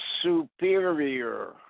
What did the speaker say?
Superior